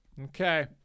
Okay